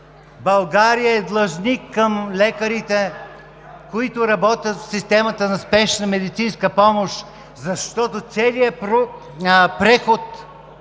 България е длъжник към лекарите, които работят в системата на Спешна медицинска помощ, защото целият преход,